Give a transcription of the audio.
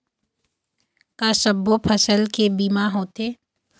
का सब्बो फसल के बीमा होथे?